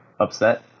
upset